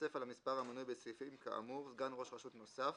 יתווסף על המספר המנוי בסעיפים כאמור סגן ראש רשות נוסף,